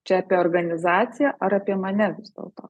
čia apie organizaciją ar apie mane vis dėlto